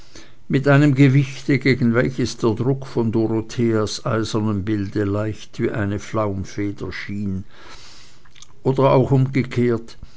mit einem gewichte gegen welches der druck von dorotheas eisernem bilde leicht wie eine flaumfeder schien oder auch umgekehrt